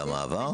על המעבר?